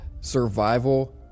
Survival